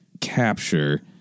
capture